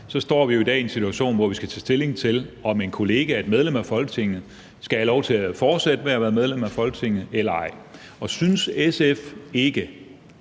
står vi jo i dag i en situation, hvor vi skal tage stilling til, om en kollega, et medlem af Folketinget, skal have lov til at fortsætte med at være medlem af Folketinget eller ej, og synes SF ikke,